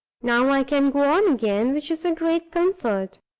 now i can go on again, which is a great comfort.